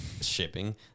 shipping